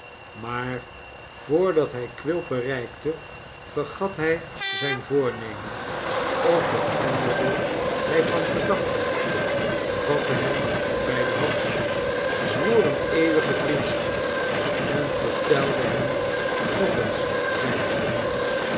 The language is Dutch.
maar voordat hij quilp bereikte vergat hij zijn voornemen of veranderde hij van gedachten vatte hem bij de hand zwoer hem eeuwige vriendschap en vertelde hem nog eens zijn geheim